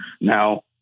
Now